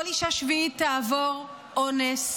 כל אישה שביעית תעבור אונס,